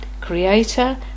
Creator